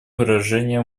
выражения